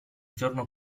giorno